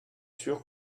sûr